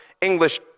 English